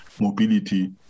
mobility